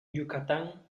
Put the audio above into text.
yucatán